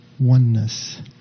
oneness